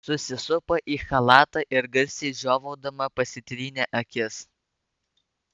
susisupo į chalatą ir garsiai žiovaudama pasitrynė akis